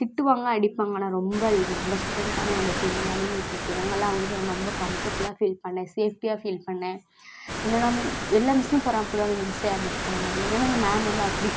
திட்டுவாங்கள் அடிப்பாங்கள் ஆனால் ரொம்ப இல்லை நம்ம ஸ்டுடெண்ட் தானே நம்ம பொண்ணுதானேன்னு விட்டுட்டு போயிடுவாங்க நல்லா அவங்ககிட்ட வந்து ரொம்ப கம்ஃபர்டபுலாக ஃபீல் பண்ணேன் சேஃப்டியாக ஃபீல் பண்ணேன் என்னெனா எல்லா மிஸ்சும் பொறாமை படுவாங்கள் இந்த மிஸ்ட ஏன் இப்படி இருக்காங்க அப்படின்னு ஏன்னா இந்த மேம் வந்து அப்படி